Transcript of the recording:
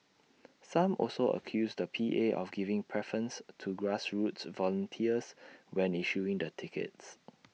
some also accused the P A of giving preference to grassroots volunteers when issuing the tickets